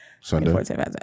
Sunday